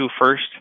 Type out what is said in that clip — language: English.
first